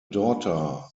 daughter